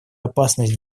опасность